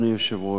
אדוני היושב-ראש.